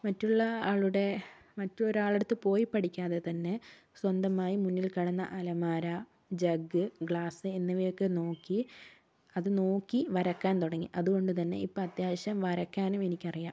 മറ്റുള്ള ആളുടെ മറ്റൊരാളുടെ അടുത്ത പോയി പഠിക്കാതെ തന്നെ സ്വന്തമായി മുന്നിൽ കാണുന്ന അലമാര ജഗ് ഗ്ലാസ്സ് എന്നിവയൊക്കെ നോക്കി അത് നോക്കി വരയ്ക്കാൻ തുടങ്ങി അതുകൊണ്ടുതന്നെ ഇപ്പൊ അത്യാവശ്യം വരയ്ജ്ക്കാനും എനിക്കറിയാം